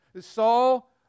Saul